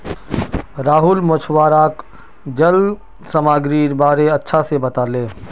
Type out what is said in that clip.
राहुल मछुवाराक जल सामागीरीर बारे अच्छा से बताले